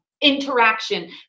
interaction